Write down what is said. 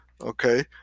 okay